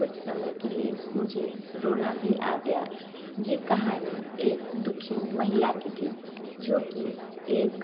कुछ समय के लिए मुझे रोना भी आ गया ये कहानी एक दुखी महिला की थी जो कि एक